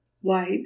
white